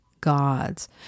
gods